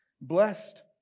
Blessed